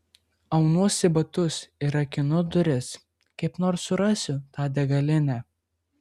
aunuosi batus ir rakinu duris kaip nors surasiu tą degalinę